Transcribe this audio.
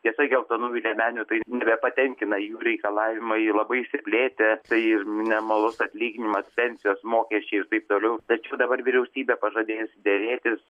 tiesa geltonųjų liemenių tai nebepatenkina jų reikalavimai labai išsiplėtę tai minimalus atlyginimas pensijos mokesčiai ir taip toliau tačiau dabar vyriausybė pažadėjusi derėtis